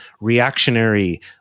reactionary